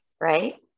right